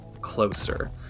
closer